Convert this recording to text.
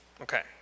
Okay